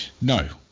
No